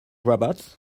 robots